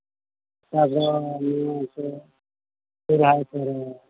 ᱚᱱᱟ ᱫᱚ ᱱᱚᱣᱟ ᱱᱤᱭᱟᱹ ᱥᱮ ᱥᱚᱨᱦᱟᱭ ᱠᱚᱨᱮ